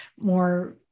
more